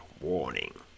warning